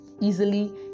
easily